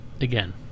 again